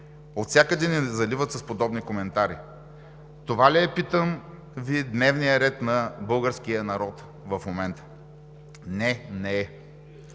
Отвсякъде ни заливат с подобни коментари. Това ли е, питам Ви, дневният ред на българския народ в момента? Не, не е!